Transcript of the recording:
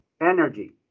energy